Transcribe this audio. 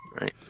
right